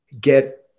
get